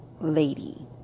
lady